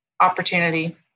opportunity